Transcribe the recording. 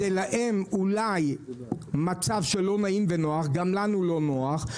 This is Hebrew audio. להם זה אולי מצב לא נעים ולא נוח, וגם לנו לא נוח.